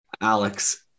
alex